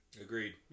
Agreed